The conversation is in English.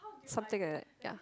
something like that ya